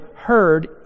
heard